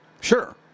Sure